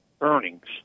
earnings